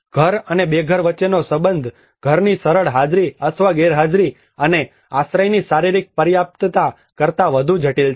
ઘર અને બેઘર વચ્ચેનો સંબંધ ઘરની સરળ હાજરી અથવા ગેરહાજરી અને આશ્રયની શારીરિક પર્યાપ્તતા કરતાં વધુ જટિલ છે